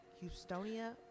Houstonia